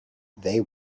they